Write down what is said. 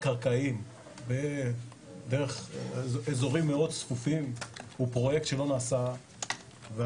קרקעיים דרך אזורים מאוד צפופים הוא פרויקט שלא נעשה,